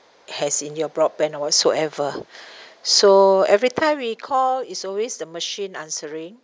as in your broadband or whatsoever so every time we call it's always the machine answering